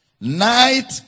night